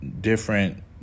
different